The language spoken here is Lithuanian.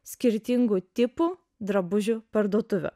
skirtingų tipų drabužių parduotuvių